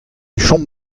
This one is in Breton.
chom